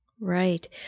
Right